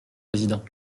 président